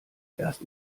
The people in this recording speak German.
erst